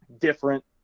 different